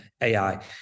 ai